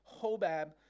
Hobab